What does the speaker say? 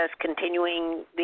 continuing